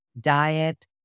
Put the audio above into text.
diet